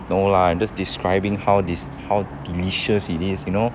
no lah I just describing how de~ delicious it is you know